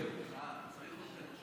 אבל אופיר, יש לך עוד 20 דקות.